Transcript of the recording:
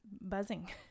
buzzing